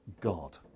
God